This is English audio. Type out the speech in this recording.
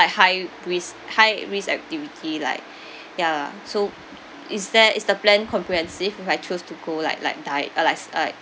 like high risk high risk activity like ya so is there is the plan comprehensive if I choose to go like like div~ or like s~ like